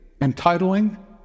Entitling